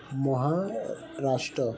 Maharashtra